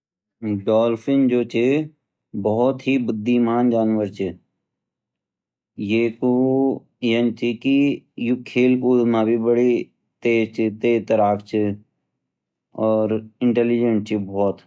डॉल्फ़िन जो चे बहुत ही बुद्धिमान जानवर चे ये कू येन चे की यूं खेल कूद मा भी बड़ी तेज़ तरार चे और इंटेलीजेंट चे बहुत